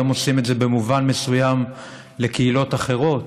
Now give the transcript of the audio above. היום עושים את זה במובן מסוים לקהילות אחרות,